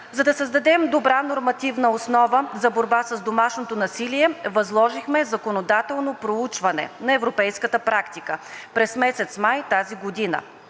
За да създадем добра нормативна основа за борба с домашното насилие, възложихме законодателно проучване на европейската практика през месец май тази година